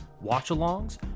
watch-alongs